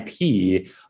IP